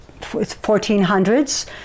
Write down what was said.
1400s